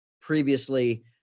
previously